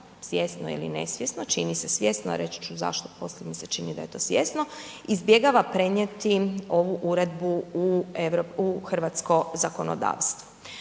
svjesno ili nesvjesno, čini se svjesno a reći ću zašto poslije, mi se čini da je to svjesno izbjegava prenijeti ovu uredbu u hrvatsko zakonodavstvo.